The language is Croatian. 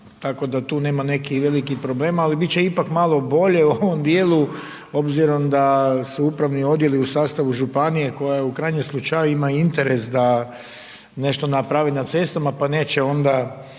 tako da tu nema nekih velikih problema ali bit će ipak malo bolje u ovom djelu obzirom da su upravni odjeli u sastavu županije koja u krajnjem slučaju ma interes da nešto napravi na cestama pa neće onda